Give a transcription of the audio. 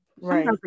Right